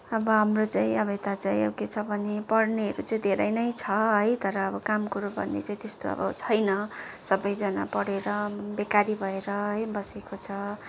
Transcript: अब हाम्रो चाहिँ अब यता चाहिँ के छ भने पढ्नेहरू चाहिँ धेरै नै छ है तर अब काम कुरो गर्ने चाहिँ त्यस्तो अब छैन सबैजना पढेर बेकारी भएर है बसेको छ